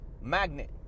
magnet